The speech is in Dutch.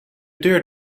deur